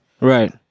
Right